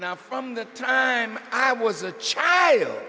now from the time i was a child